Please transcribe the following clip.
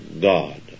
God